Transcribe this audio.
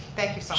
thank you so much.